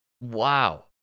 Wow